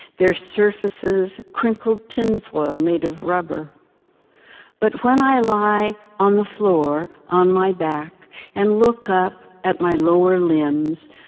their surfaces crinkled tinfoil made of rubber but when i lie on the floor, on my back and look up, at my lower limbs,